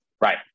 Right